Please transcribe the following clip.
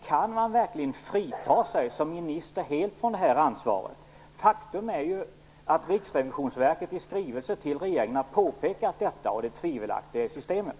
Kan man verkligen som minister helt frita sig från det här ansvaret? Faktum är ju att Riksrevisionsverket i skrivelser till regeringen har påpekat detta och det tvivelaktiga i systemet.